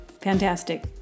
fantastic